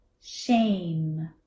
shame